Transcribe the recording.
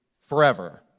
forever